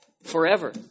Forever